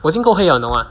我已经够黑了你懂 mah